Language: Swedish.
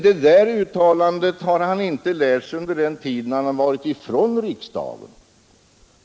Det där uttalandet har herr Fridolfsson emellertid inte lärt sig under den tid han varit ifrån riksdagen.